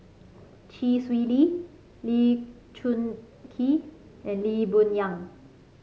Chee Swee Lee Lee Choon Kee and Lee Boon Yang